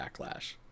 backlash